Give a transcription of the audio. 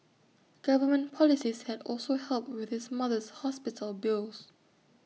government policies had also helped with his mother's hospital bills